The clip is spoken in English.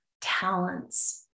talents